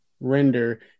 Render –